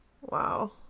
Wow